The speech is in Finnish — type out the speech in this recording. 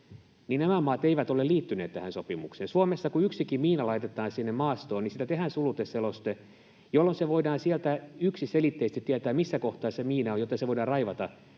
selosteita, eivät ole liittyneet tähän sopimukseen. Suomessa kun yksikin miina laitetaan sinne maastoon, niin siitä tehdään suluteseloste, jolloin voidaan yksiselitteisesti tietää, missä kohtaa se miina on, jotta se voidaan raivata